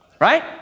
right